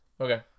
okay